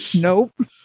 nope